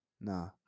No